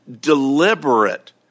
deliberate